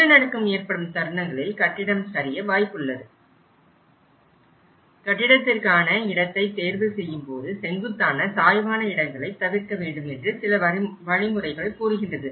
நிலநடுக்கம் ஏற்படும் தருணங்களில் கட்டிடம் சரிய வாய்ப்புள்ளது கட்டிடத்திற்கான இடத்தை தேர்வு செய்யும் போது செங்குத்தான சாய்வான இடங்களை தவிர்க்க வேண்டும் என்று சில வழிமுறைகள் கூறுகின்றது